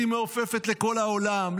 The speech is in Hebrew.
היא מעופפת לכל העולם,